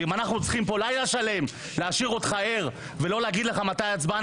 ואם אנחנו צריכים פה לילה שלם להשאיר אותך ער ולא להגיד לך מתי ההצבעה,